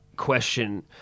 question